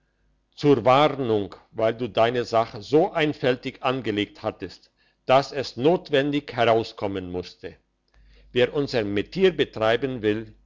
zur warnung weil du deine sache so einfältig angelegt hattest dass es notwendig herauskommen musste wer unser metier treiben will